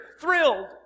thrilled